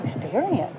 experience